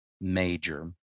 major